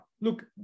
look